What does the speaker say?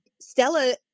Stella